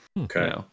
Okay